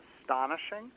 astonishing